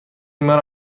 مرا